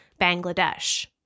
Bangladesh